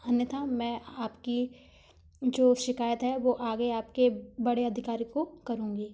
अन्यथा मैं आपकी जो शिकायत है वो आगे आपके बड़े अधिकारी को करुँगी